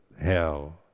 hell